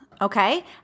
Okay